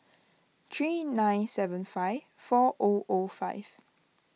three nine seven five four O O five